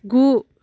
गु